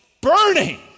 burning